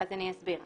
אני אסביר.